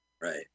right